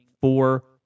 four